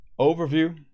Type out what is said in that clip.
overview